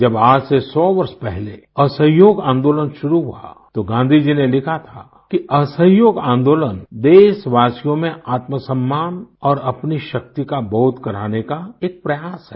जब आज से सौ वर्ष पहले असहयोग आंदोलन शुरू हुआ तो गांधी जी ने लिखा था कि असहयोग आन्दोलन देशवासियों में आत्मसम्मान और अपनी शक्ति का बोध कराने का एक प्रयास है